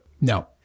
no